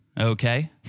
okay